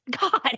God